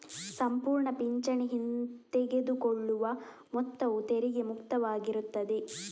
ಸಂಪೂರ್ಣ ಪಿಂಚಣಿ ಹಿಂತೆಗೆದುಕೊಳ್ಳುವ ಮೊತ್ತವು ತೆರಿಗೆ ಮುಕ್ತವಾಗಿರುತ್ತದೆ